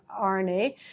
RNA